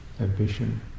ambition